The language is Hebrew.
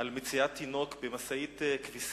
על מציאת תינוק במשאית כביסה,